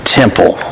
temple